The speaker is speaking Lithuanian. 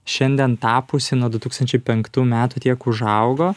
šiandien tapusi nuo du tūkstančiai penktų metų tiek užaugo